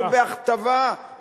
לא בהכתבה,